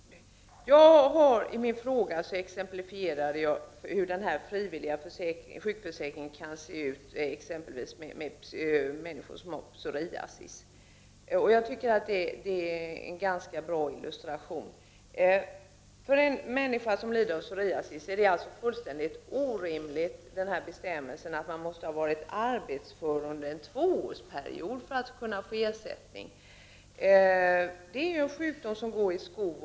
Jag har i min fråga exemplifierat hur en frivillig sjukförsäkring kan se ut för en människa som har psoriasis. Jag tycker att det är en ganska bra illustration. Bestämmelsen att man måste ha varit arbetsför under en tvåårsperiod för att kunna få ersättning är ju fullkomligt orimlig för en som har psoriasis. Psoriasis är ju en sjukdom med tillfälliga skov.